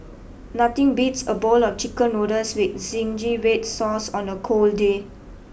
nothing beats a bowl of chicken noodles with zingy red sauce on a cold day